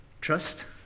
trust